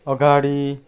अगाडि